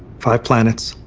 five planets,